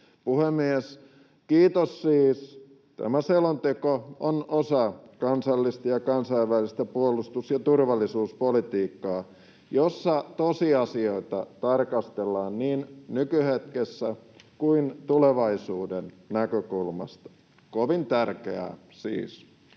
Puhemies! Kiitos siis. Tämä selonteko on osa kansallista ja kansainvälistä puolustus- ja turvallisuuspolitiikkaa, jossa tosiasioita tarkastellaan niin nykyhetkessä kuin tulevaisuuden näkökulmasta — kovin tärkeää siis.